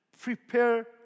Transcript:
prepare